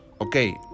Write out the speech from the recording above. Okay